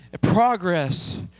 Progress